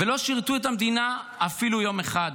ולא שירתו את המדינה אפילו יום אחד.